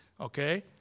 okay